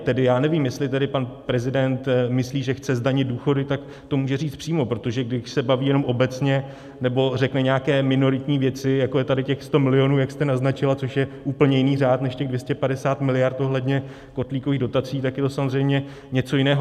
Tedy já nevím, jestli tedy pan prezident myslí, že chce zdanit důchody, tak to může říct přímo, protože když se baví jenom obecně nebo řekne nějaké minoritní věci, jako je tady těch 100 milionů, jak jste naznačila, což je úplně jiný řád než těch 250 mld. ohledně kotlíkových dotací, tak je to samozřejmě něco jiného.